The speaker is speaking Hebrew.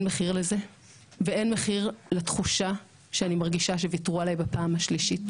אין מחיר לזה ואין מחיר לתחושה שאני מרגישה שוויתרו עליי בפעם השלישית